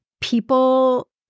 people